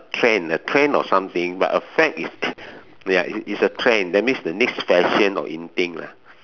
trend a trend or something but a fad is ya it's it's a trend that means the next fashion or in thing lah